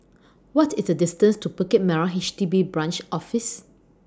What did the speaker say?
What IS The distance to Bukit Merah H D B Branch Office